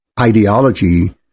ideology